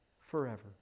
forever